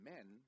Men